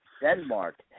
Denmark